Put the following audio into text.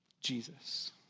Jesus